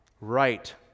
right